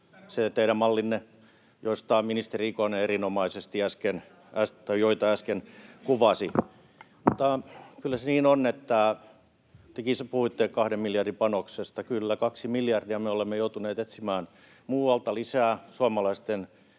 ne ovat?] ja joita ministeri Ikonen erinomaisesti äsken kuvasi. Mutta kyllä se niin on, että — tekin puhuitte kahden miljardin panoksesta — kaksi miljardia me olemme joutuneet etsimään muualta lisää suomalaisten